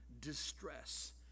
distress